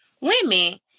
women